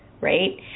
right